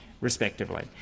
respectively